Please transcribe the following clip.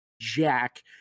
Jack